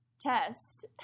test